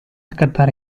cantare